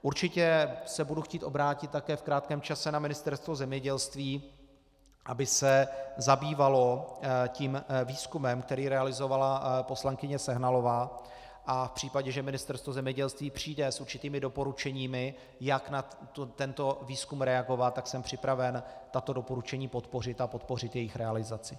Určitě se budu chtít obrátit také v krátkém čase na Ministerstvo zemědělství, aby se zabývalo tím výzkumem, který realizovala poslankyně Sehnalová, a v případě, že Ministerstvo zemědělství přijde s určitými doporučeními, jak na tento výzkum reagovat, tak jsem připraven tato doporučení podpořit a podpořit jejich realizaci.